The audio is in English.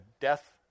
death